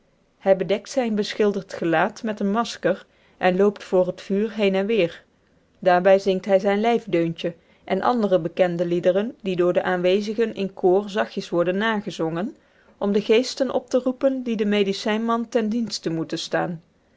hij bedekt zijn beschilderd gelaat met een masker en loopt voor het vuur heen en weder daarbij zingt hij zijn lijfdeuntje en andere bekende liederen die door de aanwezigen in koor zachtjes worden nagezongen om de geesten op te roepen die den medicijnman ten dienste moeten staan